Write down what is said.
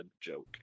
joke